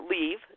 leave